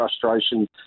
frustration